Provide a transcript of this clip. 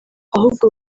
ahubwo